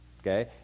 okay